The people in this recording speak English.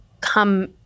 come